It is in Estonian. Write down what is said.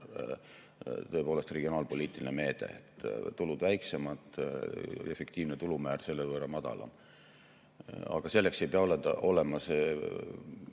tõepoolest regionaalpoliitiline meede, et tulud on väiksemad, efektiivne tulumäär selle võrra madalam. Aga selleks ei pea olema see